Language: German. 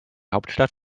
hauptstadt